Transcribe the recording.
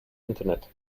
internet